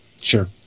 Sure